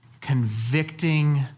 convicting